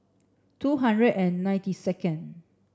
two hundred and ninety second